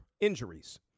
injuries